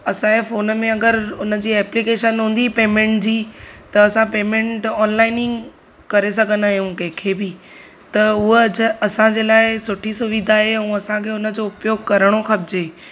असांजे फ़ोन में अगरि उनजी एप्लीकेशन हूंदी पेमेंट जी त असां पेमेंट ऑनलाइन ई करे सघंदा आहियूं कंहिंखे बि त उहो अॼु असांजे लाइ सुठी सुविधा आहे ऐं असांखे हुन जो उपयोगु करिणो खपिजे